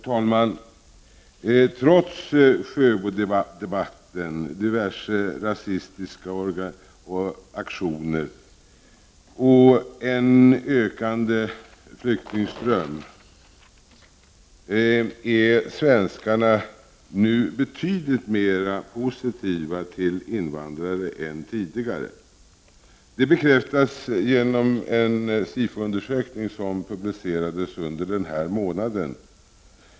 Herr talman! Trots Sjöbodebatten, diverse rasistiska aktioner och en ökande flyktingström är svenskarna betydligt mer positiva till invandrare än tidigare. Detta bekräftas i en SIFO-undersökning som har publicerats i början av denna månad.